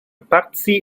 parti